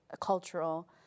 cultural